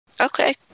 Okay